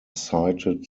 cited